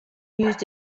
used